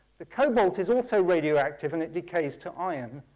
the cobalt is also radioactive and it decays to iron.